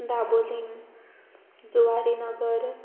Dabolim Zuarinagar